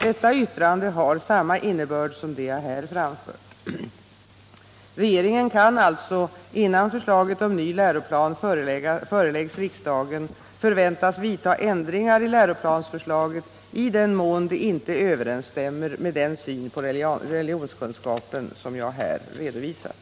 Detta yttrande har samma innebörd som det jag här framfört. Regeringen kan alltså, innan förslaget om ny läroplan föreläggs riksdagen, förväntas vidta ändringar i läroplansförslaget, i den mån det inte överensstämmer med den syn på religionskunskapen som jag här redovisat.